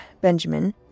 Benjamin